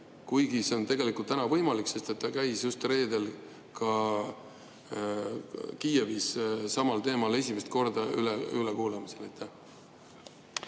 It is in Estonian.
kuigi see on täna võimalik, sest ta käis just reedel ka Kiievis samal teemal esimest korda ülekuulamisel?